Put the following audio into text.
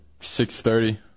6.30